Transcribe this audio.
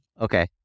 okay